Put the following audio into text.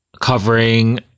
covering